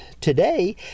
today